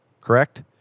correct